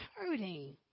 hurting